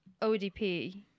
ODP